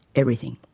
everything.